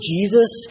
Jesus